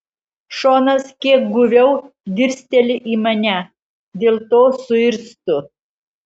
šonas kiek guviau dirsteli į mane dėl to suirztu